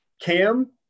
Cam